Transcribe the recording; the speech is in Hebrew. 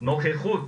ונוכחות